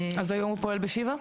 אז היום הוא פועל בשיבא?